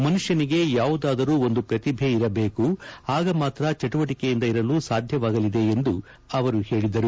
ಮನುಷ್ಯನಿಗೆ ಯಾವುದಾದರೂ ಒಂದು ಪ್ರತಿಭೆ ಇರಬೇಕು ಆಗ ಮಾತ್ರ ಚಟುವಟಿಕೆಯಿಂದ ಇರಲು ಸಾಧ್ಯವಾಗಲಿದೆ ಎಂದು ಅವರು ಹೇಳಿದರು